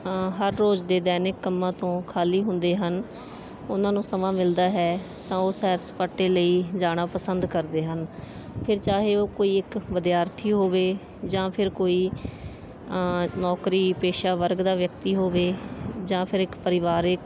ਹਰ ਰੋਜ਼ ਦੇ ਦੈਨਿਕ ਕੰਮਾਂ ਤੋਂ ਖਾਲੀ ਹੁੰਦੇ ਹਨ ਉਹਨਾਂ ਨੂੰ ਸਮਾਂ ਮਿਲਦਾ ਹੈ ਤਾਂ ਉਹ ਸੈਰ ਸਪਾਟੇ ਲਈ ਜਾਣਾ ਪਸੰਦ ਕਰਦੇ ਹਨ ਫਿਰ ਚਾਹੇ ਉਹ ਕੋਈ ਇੱਕ ਵਿਦਿਆਰਥੀ ਹੋਵੇ ਜਾਂ ਫਿਰ ਕੋਈ ਨੌਕਰੀ ਪੇਸ਼ਾ ਵਰਗ ਦਾ ਵਿਅਕਤੀ ਹੋਵੇ ਜਾਂ ਫਿਰ ਇੱਕ ਪਰਿਵਾਰਿਕ